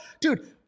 dude